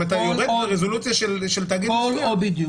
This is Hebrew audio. אם אתה יורד לרזולוציה של תאגיד מסוים --- בדיוק.